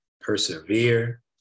persevere